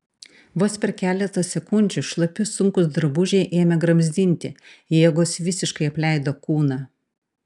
vos per keletą sekundžių šlapi sunkūs drabužiai ėmė gramzdinti jėgos visiškai apleido kūną